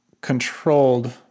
controlled